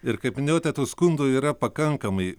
ir kaip minėjote tų skundų yra pakankamai